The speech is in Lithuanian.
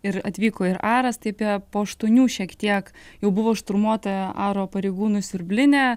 ir atvyko ir aras tai apie po aštuonių šiek tiek jau buvo šturmuota aro pareigūnų siurblinė